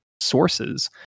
sources